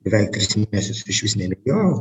beveik tris mėnesius išvis nebėgiojau